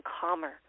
calmer